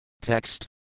Text